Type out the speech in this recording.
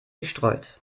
gestreut